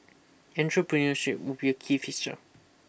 entrepreneurship would be a key feature